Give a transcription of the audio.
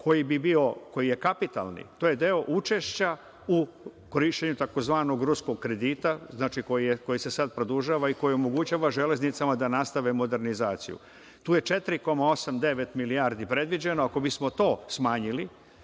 koji je kapitalni, to je deo učešća u korišćenju tzv. ruskog kredita, koji se sada produžava i koji omogućava železnicama da nastave modernizaciju. Tu je 4,8; 4,9 milijardi predviđeno. Ako bismo to smanjili